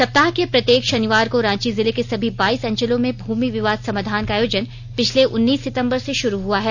सप्ताह के प्रत्येक शनिवार को रांची जिले के सभी बाईस अंचलों में भूमि विवाद समाधान का आयोजन पिछले उन्नीस सितंबर से शुरू हुआ है